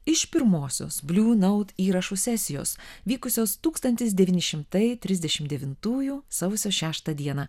iš pirmosios bliu naut įrašų sesijos vykusios tūkstantis devyni šimtai trisdešimt devintųjų sausio šeštą dieną